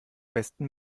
besten